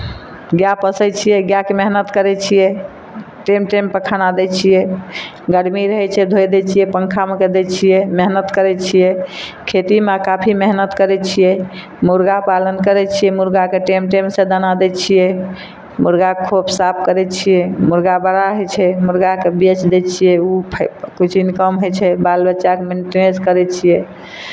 गाय पोसै छियै गायके मेहनत करै छियै टेम टेमपर खाना दै छियै गरमी रहै छै धोए दै छियै पङ्खामे के दै छियै मेहनत करै छियै खेतीमे काफी मेहनत करै छियै मुरगा पालन करै छियै मुरगाके टाइम टाइमसँ दाना दै छियै मुरगाके खोप साफ करै छियै मुरगा बड़ा होइ छै मुरगाकेँ बेचि दै छियै ओ फाइ किछु इनकम होइ छै बाल बच्चाके मेन्टिनेन्स करै छियै